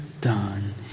done